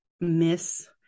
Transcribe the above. miss